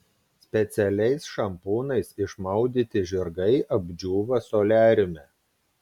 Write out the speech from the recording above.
specialiais šampūnais išmaudyti žirgai apdžiūva soliariume